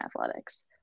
athletics